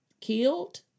killed